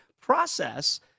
process